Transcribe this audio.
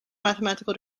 mathematical